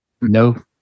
No